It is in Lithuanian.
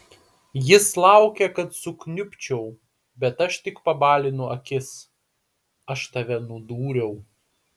jis laukia kad sukniubčiau bet aš tik pabalinu akis aš tave nudūriau